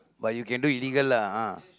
but you can do illegal lah ah